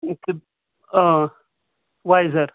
wiser